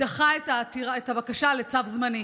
דחה את הבקשה לצו זמני.